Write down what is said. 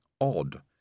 Odd